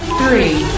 three